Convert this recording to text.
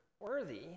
Worthy